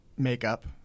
Makeup